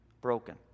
broken